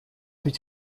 ведь